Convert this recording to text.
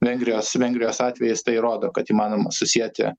vengrijos vengrijos atvejis tai rodo kad įmanoma susieti